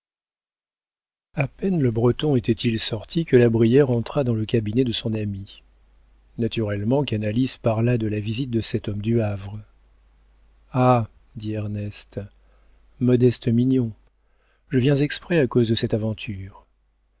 a peine le breton était-il sorti que la brière entra dans le cabinet de son ami naturellement canalis parla de la visite de cet homme du havre ah dit ernest modeste mignon je viens exprès à cause de cette aventure